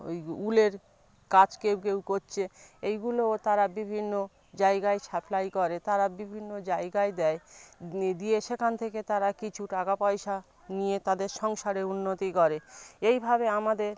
ওই উলের কাজ কেউ কেউ করছে এইগুলো তারা বিভিন্ন জায়গায় সাপ্লাই করে তারা বিভিন্ন জায়গায় দেয় দিয়ে সেখান থেকে তারা কিছু টাকাপয়সা নিয়ে তাদের সংসারে উন্নতি করে এইভাবে আমাদের